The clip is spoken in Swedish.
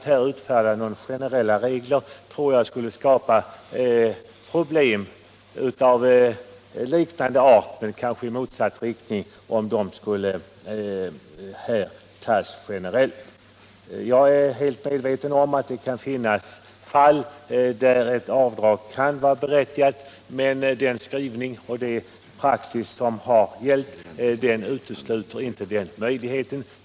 Generella regler skulle, enligt min mening, kanske kunna skapa problem av liknande art, men i motsatt riktning. Jag är helt medveten om att det kan finnas fall då ett avdrag kan vara berättigat, men den praxis som hittills gällt utesluter inte möjligheten till avdrag.